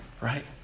right